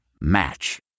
Match